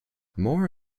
more